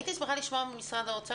הייתי שמחה לשמוע ממשרד האוצר,